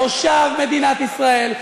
תושב מדינת ישראל,